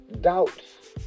doubts